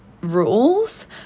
rules